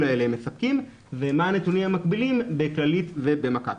האלה מספקים ומה הנתונים המקבילים בכללית ובמכבי.